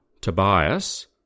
Tobias